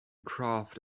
craft